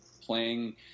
playing